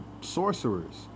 sorcerers